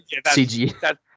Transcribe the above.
CG